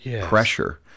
pressure